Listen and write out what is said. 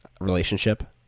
relationship